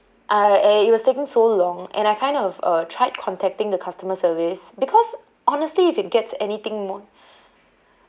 I uh it was taking so long and I kind of uh tried contacting the customer service because honestly if it gets anything more